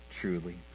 truly